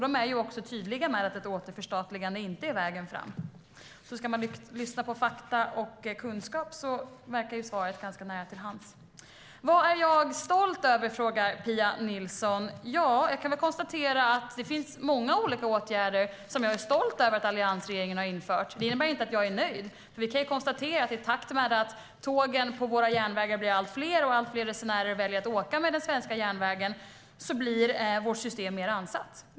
De är också tydliga med att ett återförstatligande inte är vägen fram, så om man ska lyssna på fakta och kunskap verkar svaret vara ganska nära till hands. Pia Nilsson frågar vad jag är stolt över. Det finns många olika åtgärder som jag är stolt över att alliansregeringen har infört. Det innebär inte att jag är nöjd. Vi kan konstatera att i takt med att tågen på våra järnvägar blir allt fler och allt fler resenärer väljer att åka på den svenska järnvägen blir vårt system mer ansatt.